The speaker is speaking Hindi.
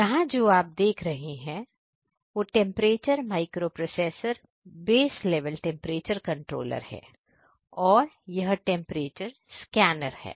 जहां देख रहे हैं हो temperature microprocessor base level temperature controller है और यह टेंपरेचर स्केनर है